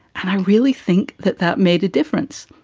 and i really think that that made a difference.